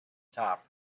top